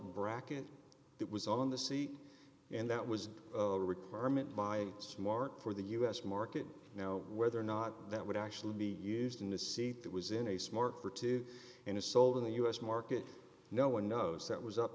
seatbelt bracket that was on the seat and that was a requirement by smart for the us market now whether or not that would actually be used in the seat that was in a smart for two and a sold in the us market no one knows that was up